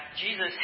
Jesus